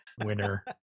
winner